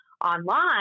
online